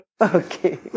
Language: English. Okay